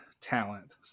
talent